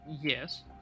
yes